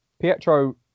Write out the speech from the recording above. Pietro